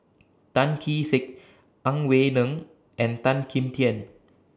Tan Kee Sek Ang Wei Neng and Tan Kim Tian